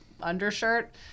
undershirt